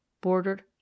bordered